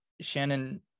Shannon